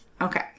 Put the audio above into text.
Okay